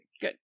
Good